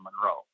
Monroe